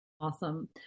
awesome